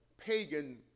pagan